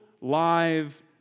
live